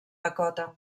dakota